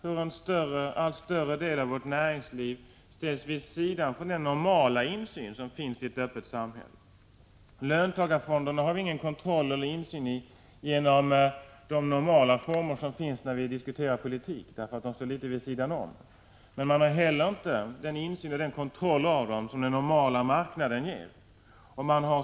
hur en allt större del av vårt näringsliv ställs åt sidan när det gäller den normala insyn som finns i ett öppet samhälle. Vi har ingen kontroll av eller insyn i löntagarfonderna genom de normala former som finns när vi diskuterar politik, eftersom de står litet vid sidan om. Vi har inte heller den insyn i och kontroll av dem som den normala marknaden ger.